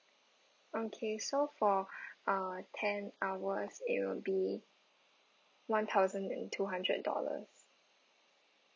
okay so for uh ten hours it will be one thousand and two hundred dollars